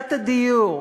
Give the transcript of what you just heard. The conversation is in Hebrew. סוגיית הדיור?